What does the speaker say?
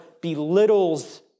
belittles